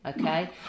okay